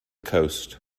coast